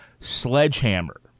Sledgehammer